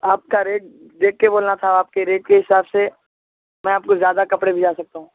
آپ کا ریٹ دیکھ کے بولنا تھا آپ کے ریٹ کے حساب سے میں آپ کو زیادہ کپڑے بھجا سکتا ہوں